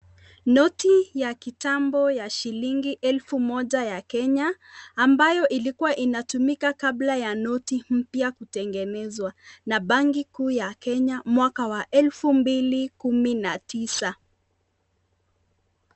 Noti ya kitambo ya shillingi elfu moja ya Kenya, ambayo ilikua inatumika kabla ya noti mpya kutengenezwa, na banki kuu ya Kenya mwaka wa elfu mbili kumi na tisa.